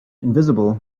invisible